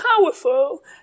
powerful